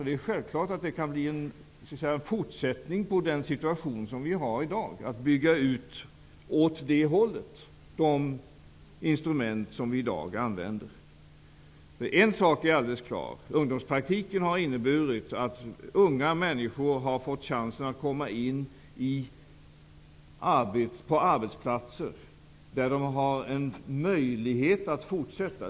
Det är självklart att situationen kan fortsätta att vara så att vi behöver bygga ut instrumenten i den riktning som vi gör i dag. En sak är alldeles klart, ungdomspraktiken har inneburit att unga människor har fått chansen att komma in på arbetsplatser där de har en möjlighet att få fortsätta.